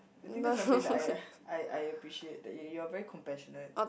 I think that's something that I I I appreciate that you're very compassionate